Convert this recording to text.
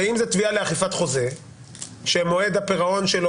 הרי אם זו תביעה לאכיפת חוזה שמועד הפירעון שלו